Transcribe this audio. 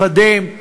חדים,